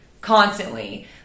constantly